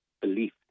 belief